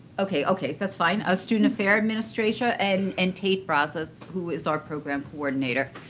ok. ok, that's fine. ah student affair administration. and and tate brazas, who is our program coordinator